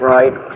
Right